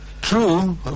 true